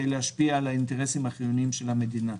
להשפיע על האינטרסים החיוניים של המדינה.